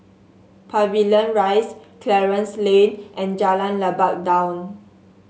Pavilion Rise Clarence Lane and Jalan Lebat Daun